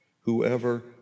Whoever